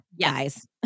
guys